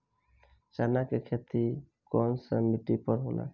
चन्ना के खेती कौन सा मिट्टी पर होला?